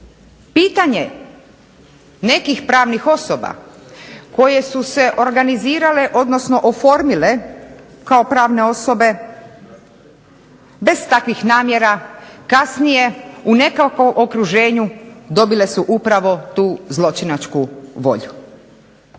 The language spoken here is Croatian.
Pitanje nekih pravnih osoba koje su se organizirale odnosno oformile kao pravne osobe bez takvih namjera kasnije u nekakvom okruženju dobile su upravo tu zločinačku volju.